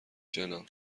جناب